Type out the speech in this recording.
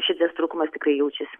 šitas trūkumas tikrai jaučiasi